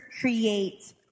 Create